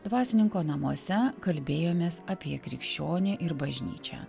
dvasininko namuose kalbėjomės apie krikščionį ir bažnyčią